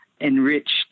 enriched